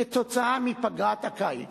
כתוצאה מפגרת הקיץ,